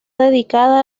dedicada